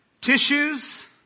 tissues